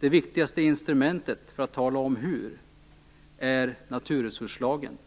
Det viktigaste instrumentet för att tala om hur det skall ske är naturresurslagen.